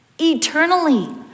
eternally